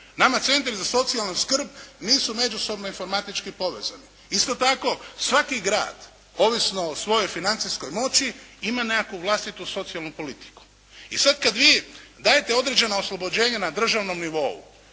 Nama centri za socijalnu skrb nisu međusobno informatički povezani. Isto tako, svaki grad, ovisno o svojoj financijskoj moći, ima nekakvu vlastitu socijalnu politiku. I sad kad vi dajete određena oslobođenja na državnom nivou,